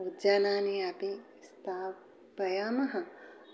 उद्यानानि अपि स्थापयामः